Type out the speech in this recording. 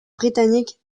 britannique